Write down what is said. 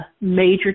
major